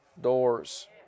doors